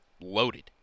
loaded